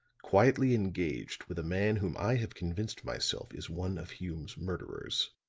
quietly engaged with a man whom i have convinced myself is one of hume's murderers.